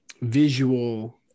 visual